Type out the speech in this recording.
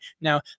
Now